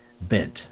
bent